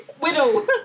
Widow